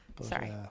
Sorry